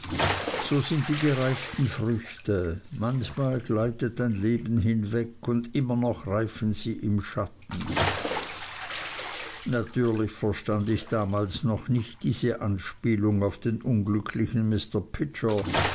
so sind die gereiften früchte manchmal gleitet ein leben hinweg und immer noch reifen sie im schatten natürlich verstand ich damals noch nicht diese anspielung auf den unglücklichen mr pidger